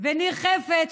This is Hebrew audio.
וניר חפץ.